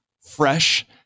fresh